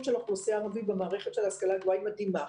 של האוכלוסייה הערבית במערכת ההשכלה הגבוהה היא מדהימה.